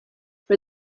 for